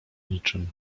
niczem